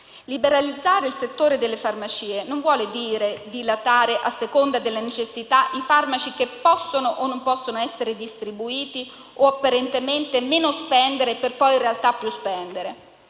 Liberalizzare il settore delle farmacie non vuole dire dilatare a seconda delle necessità i farmaci che possono o non possono essere distribuiti o apparentemente meno spendere per poi, in realtà, più spendere.